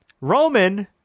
Roman